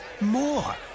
more